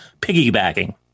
piggybacking